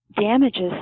damages